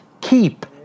keep